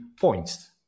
points